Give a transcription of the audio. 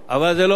כנראה,